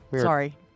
sorry